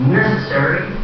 necessary